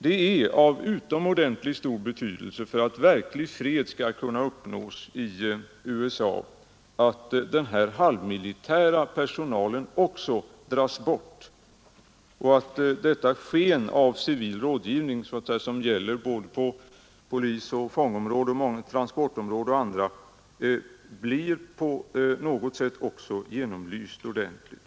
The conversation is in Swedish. Det är av utomordentligt stor betydelse för att verklig fred skall kunna uppnås i Vietnam att också denna halvmilitära personal dras bort därifrån och att denna s.k. civil rådgivning, som gäller på både polisoch fångområdet, på transportområdet och på andra områden, blir genomlyst ordentligt.